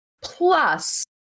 plus